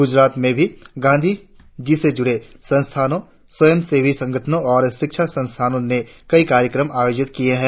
गुजरात में भी गांधीजी से जुड़े संस्थानों स्वयंसेवी संगठनों और शिक्षा संस्थानों ने कई समारोह आयोजित किए हैं